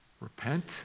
Repent